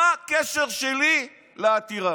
מה הקשר שלי לעתירה?